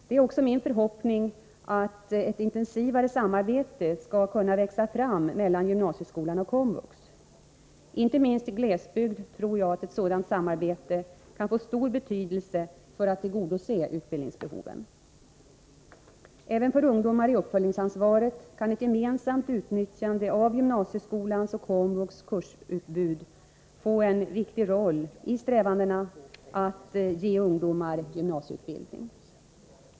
Det är också min förhoppning att ett intensivare samarbete skall kunna växa fram mellan gymnasieskolan och komvux. Inte minst i glesbygd tror jag att ett sådant samarbete kan få stor betydelse för att tillgodose utbildningsbehoven. Även för ungdomar som omfattas av uppföljningsansvaret kan ett gemensamt utnyttjande av gymnasieskolans och komvux kursutbud få en viktig roll i strävandena att ge ungdomar gymnasieutbildning.